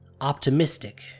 optimistic